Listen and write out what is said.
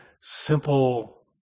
simple